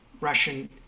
Russian